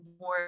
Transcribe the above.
more